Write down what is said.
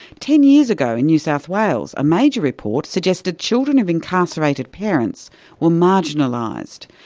ten years ago in new south wales, a major report suggested children of incarcerated parents were marginalised,